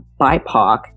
BIPOC